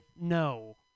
No